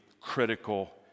critical